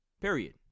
period